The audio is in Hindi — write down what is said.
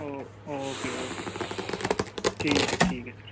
ओ ओके ओके ठीक है ठीक है सर